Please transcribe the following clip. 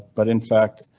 but in fact.